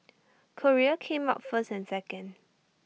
Korea came out first and second